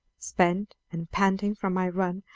spent and panting from my run,